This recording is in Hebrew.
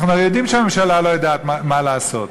אנחנו הרי יודעים שהממשלה לא יודעת מה לעשות,